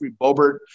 bobert